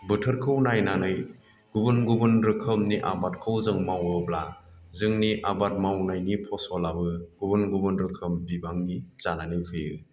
बोथोरखौ नायनानै गुबुन गुबुन रोखोमनि आबादखौ जों मावोब्ला जोंनि आबाद मावनायनि फसलाबो गुबुन गुबुन रोखोम बिबांनि जानानै फैयो